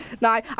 no